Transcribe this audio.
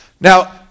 Now